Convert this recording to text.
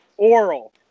Oral